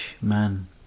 man